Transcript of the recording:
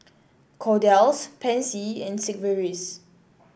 Kordel's Pansy and Sigvaris